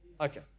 Okay